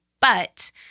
but-